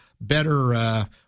better –